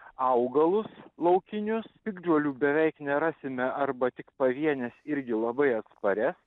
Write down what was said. augalus laukinius piktžolių beveik nerasime arba tik pavienes irgi labai atsparia